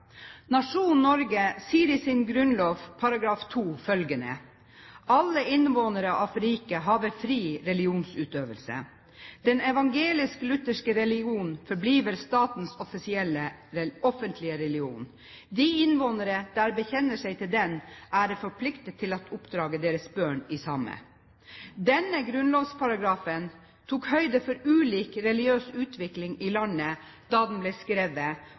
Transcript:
Nasjonen Norge sier i Grunnloven § 2 følgende: «Alle Indvaanere af Riget have fri Religionsutøvelse. Den evangelisk-lutherske Religion forbliver Statens offentlige Religion. De Indvaanere, der bekjende sig til den, ere forpligtede til at oppdrage deres Børn i samme.» Denne grunnlovsparagrafen tok høyde for ulik religiøs utvikling i landet da den ble skrevet,